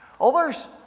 Others